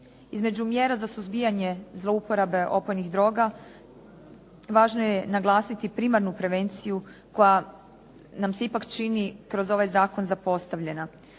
Između mjera za suzbijanje zlouporabe opojnih droga važno je naglasiti primarnu prevenciju koja nam se ipak čini kroz ovaj zakon zapostavljena.